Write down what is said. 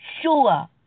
Sure